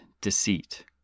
deceit